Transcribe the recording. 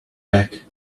back